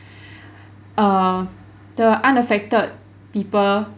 err the unaffected people